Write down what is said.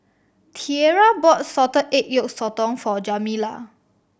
Tierra bought salted egg yolk sotong for Jamila